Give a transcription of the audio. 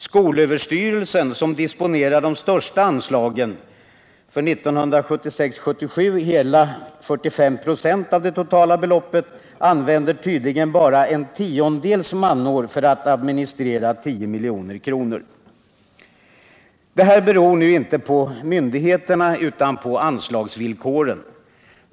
Skolöverstyrelsen, som disponerar de största anslagen, för 1976/77 hela 45 96 av det totala beloppet, använder tydligen bara ett tiondels manår för att administrera 10 milj.kr. Det här beror inte på myndigheterna utan på anslagsvillkoren.